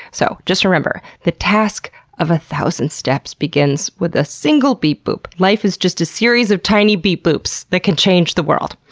so just remember the task of a thousand steps begins with a single beep boop. life is a series of tiny beep boops that can change the world.